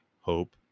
hope